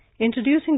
Introducing